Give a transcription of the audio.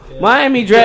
Miami